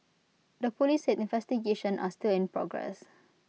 the Police said investigations are still in progress